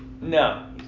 No